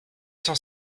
cent